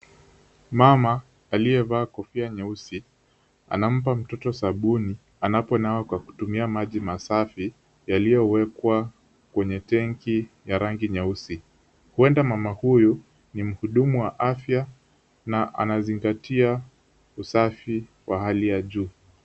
Mama aliyevaa kofia nyeusi anampa mtoto sabuni anaponawa kwa kutumia maji masafi yaliyowekwa kwenye [cstenko ya rangi nyeusi huenda mama huyu ni mhudumu wa afya na anazingatia usafi wa hali ya juu.